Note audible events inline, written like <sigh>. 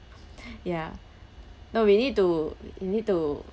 <breath> ya no we need to we need to